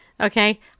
okay